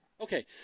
Okay